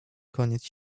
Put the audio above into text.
koniec